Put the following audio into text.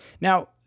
Now